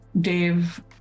Dave